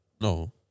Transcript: No